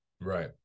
Right